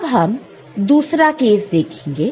अब हम दूसरा केस देखेंगे